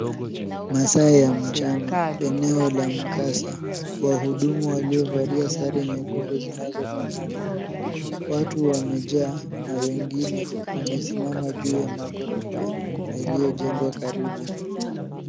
Masaa ya mchana. Eneo la mkasa, wahudumu waliovalia sare nyekundu zinazofanana. Watu wamejaa na wengine wamesimama juu ya maghorofa yaliyojengwa karibu.